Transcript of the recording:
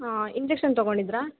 ಹಾಂ ಇಂಜೆಕ್ಷನ್ ತಗೊಂಡಿದ್ರಾ